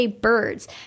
birds